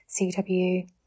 CW